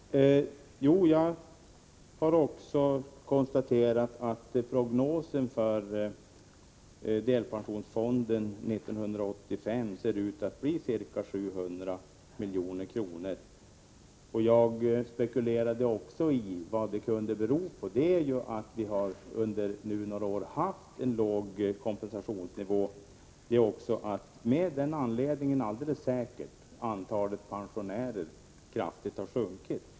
Herr talman! Jag har också konstaterat att prognosen för delpensionsfonden 1985 ser ut att bli ca 700 milj.kr. Jag spekulerade också i vad det kunde bero på. Orsaken är att vi under några år har haft en låg kompensationsnivå. Anledningen är också alldeles säkert att antalet pensionärer kraftigt har sjunkit.